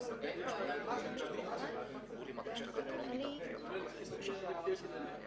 על ביטוח לאומי או קצבת נכות,